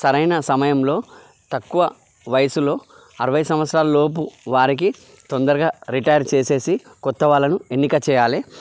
సరైన సమయంలో తక్కువ వయసులో అరవై సంవత్సరాల లోపు వారికి తొందరగా రిటైర్ చేసేసి కొత్త వాళ్ళను ఎన్నిక చేయాలి